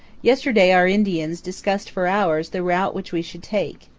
yesterday our indians discussed for hours the route which we should take.